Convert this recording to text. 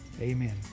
Amen